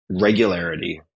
regularity